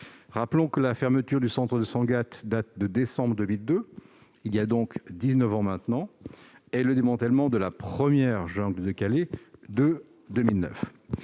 Rappelons que la fermeture du centre de Sangatte date du mois de décembre 2002- voilà dix-neuf ans maintenant -et le démantèlement de la première jungle de Calais de 2009.